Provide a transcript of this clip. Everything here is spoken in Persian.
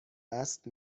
است